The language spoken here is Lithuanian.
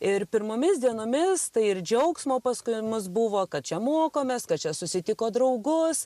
ir pirmomis dienomis tai ir džiaugsmo paskui mus buvo kad čia mokomės kad čia susitiko draugus